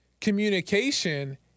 communication